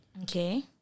Okay